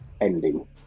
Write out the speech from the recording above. ending